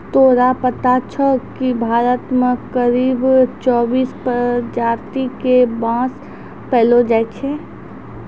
तोरा पता छौं कि भारत मॅ करीब चौबीस प्रजाति के बांस पैलो जाय छै